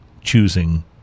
choosing